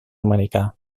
americà